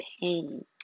pain